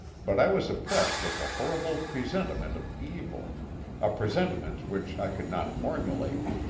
but i was oppressed with a horrible presentiment of evil a presentiment which i could not formulate.